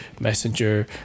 Messenger